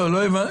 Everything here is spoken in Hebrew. לא הבנתי.